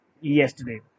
yesterday